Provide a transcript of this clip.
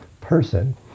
person